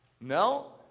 No